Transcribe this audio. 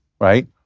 right